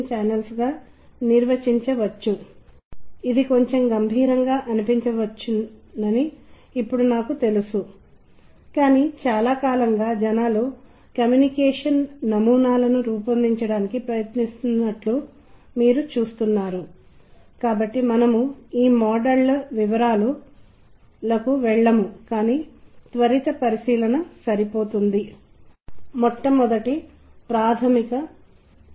ఉదాహరణకు మీరు పాత సినిమా పాటల బాణీలకు బజనలు వాయించడాన్ని మీరు చూసినప్పుడు నాకు చాలా కష్టంగా ఉంటుంది ఎందుకంటే ఈ రోజుల్లో కొన్నిసార్లు పాత భజనలను కొంతమంది దానిని మార్చుకుంటారు లేదా రాగాలు లేదా సినిమా పాటల బాణీలు దానితో పాటు పాడతారు ఒక నిర్దిష్ట సాంస్కృతిక సంఘం కారణంగా ఇది చలనచిత్ర పాటల బాణీ అని మరియు ఇది భజనలు ప్లే చేయడానికి లేదా భజన పాడటానికి ఉపయోగించబడుతుంది